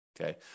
okay